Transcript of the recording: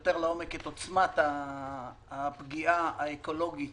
יותר לעומק את עוצמת הפגיעה האקולוגית